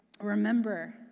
remember